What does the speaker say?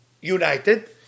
united